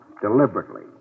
deliberately